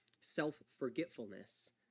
self-forgetfulness